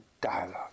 dialogue